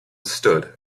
stood